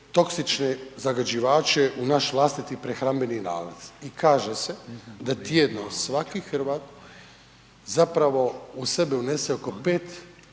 toksične zagađivače u naš vlastiti prehrambeni lanac, i kaže se da tjedno svaki Hrvat zapravo u sebe unese oko 5